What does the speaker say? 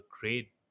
great